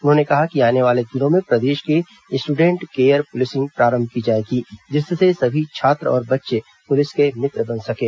उन्होंने कहा कि आने वाले दिनों में प्रदेश में स्टूडेट केयर पुलिसिंग प्रारंभ की जाएगी जिससे सभी छात्र और बच्चे पुलिस के मित्र बन सकें